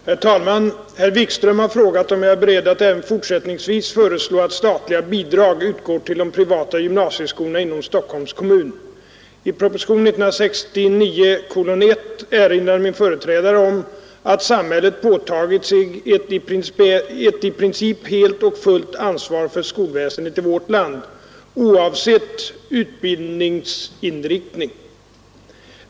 Herr talman! Herr Wikström har frågat mig om jag är beredd att även fortsättningsvis föreslå att statliga bidrag utgår till de privata gymnasieskolorna inom Stockholms kommun. I propositionen 1969:1 erinrade min företrädare om att samhället påtagit sig ett i princip helt och fullt ansvar för skolväsendet i vårt land, oavsett utbildningsinriktning.